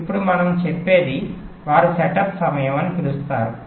ఇప్పుడు మనం చెప్పేది వారు సెటప్ సమయం అని పిలుస్తారు